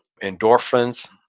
endorphins